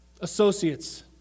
associates